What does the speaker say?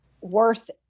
worth